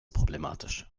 problematisch